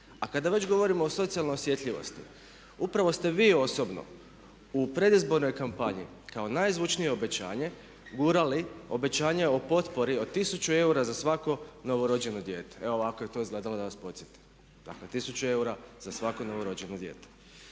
A kada već govorimo o socijalnoj osjetljivosti, upravo ste vi osobno u predizbornoj kampanji kao najzvučnije obećanje gurali obećanje o potpori o tisuću eura za svako novorođeno dijete. Evo ovako je to izgledalo da vas podsjetim. Dakle tisuću eura za svako novorođeno dijete.